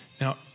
Now